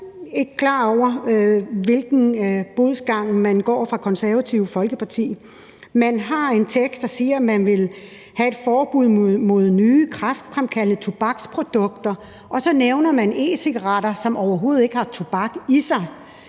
jeg er ikke klar over, hvilken bodsgang man går fra Det Konservative Folkepartis side. Man har en tekst, der siger, at man vil have et forbud mod nye kræftfremkaldende tobaksprodukter, og så nævner man e-cigaretter, som overhovedet ikke har tobak i sig.